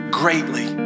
greatly